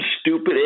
stupid